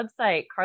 website